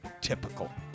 typical